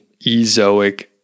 Ezoic